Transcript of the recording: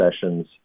sessions